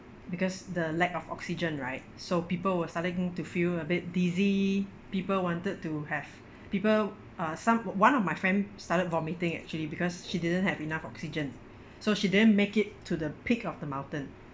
because the lack of oxygen right so people were starting to feel a bit dizzy people wanted to have people uh some one of my friend started vomiting actually because she didn't have enough oxygen so she didn't make it to the peak of the mountain